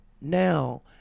now